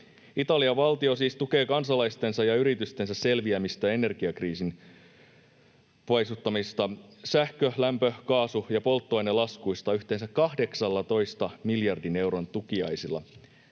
Italian valtio siis tukee kansalaistensa ja yritystensä selviämistä energiakriisin paisuttamista sähkö-, lämpö-, kaasu- ja polttoainelaskuista yhteensä 18 miljardin euron tukiaisilla.